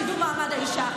קידום מעמד האישה.